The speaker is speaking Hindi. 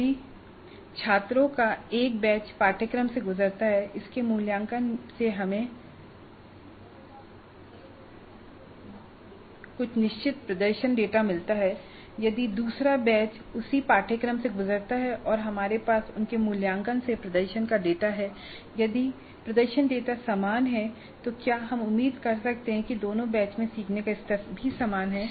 यदि छात्रों का एक बैच पाठ्यक्रम से गुजरता है इसके मूल्यांकन से हमें कुछ निश्चित प्रदर्शन डेटा मिलता है और यदि दूसरा बैच उसी पाठ्यक्रम से गुजरता है और हमारे पास उनके मूल्यांकन से प्रदर्शन का डेटा है और यदि प्रदर्शन डेटा समान है तो क्या हम उम्मीद कर सकते हैं कि दोनों बैचों में सीखने का स्तर भी समान है